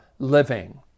living